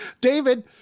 David